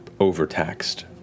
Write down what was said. overtaxed